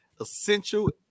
essential